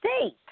state